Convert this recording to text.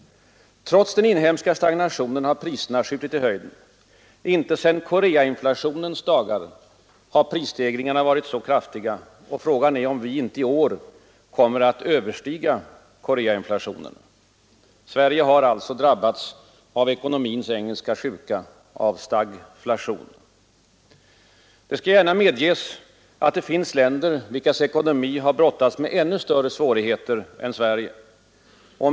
Trots den inhemska stagnationen har priserna skjutit i höjden. Inte sedan Koreainflationens dagar har prisstegringarna varit så kraftiga. Och frågan är om vi inte i år kommer att överträffa Koreainflationen. Sverige har alltså drabbats av ekonomins engelska sjuka, av stagflation. Det skall gärna medges, att det finns länder vilkas ekonomi har brottats med ännu större svårigheter än i Sverige.